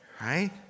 right